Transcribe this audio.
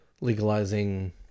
legalizing